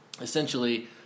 essentially